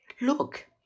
Look